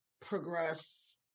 progress